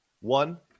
one